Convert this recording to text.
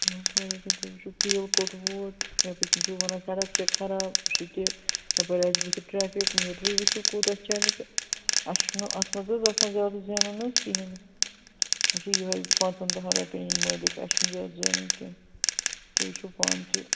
نہَ حظ واریاہ کیٚنٛہہ تُہۍ وُچھِو تیٖل کوٚت ووت یپٲرۍ کِنۍ چھُو وَنان سَڑک چھِ خراب سُہ تہِ یَپٲرۍ اَسہِ بُتھِ ٹرایفِک میٖٹرٕے وُچھِو کوٗتاہ چَلہِ تہٕ اَسہِ چھُنہٕ اَتھ منٛز حظ آسان زیادٕ زینُن حظ کِہیٖنٛۍ نہٕ اَسہِ چھِ یِہَے پانٛژَن دَہَن رۄپیَن ہٕنٛدۍ مٲلِک اَسہِ چھُنہٕ زیادٕ زینُن کیٚنٛہہ تُہۍ وُچھِو پانہٕ تہِ